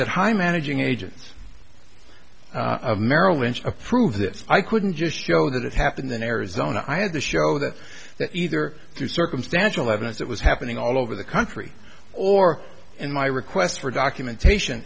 that high managing agents merrill lynch approved it i couldn't just show that it happened in arizona i had to show that that either through circumstantial evidence that was happening all over the country or in my request for documentation